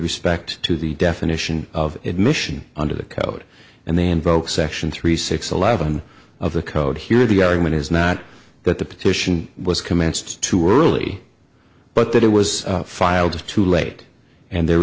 respect to the definition of admission under the code and they invoke section three six eleven of the code here the argument is not that the petition was commenced too early but that it was filed too late and there